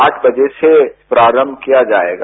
आठ बजे से प्रारंभ किया जाएगा